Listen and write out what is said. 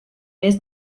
més